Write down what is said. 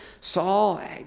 Saul